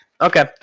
Okay